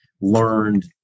learned